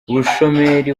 ubushomeri